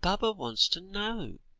baba wants to know.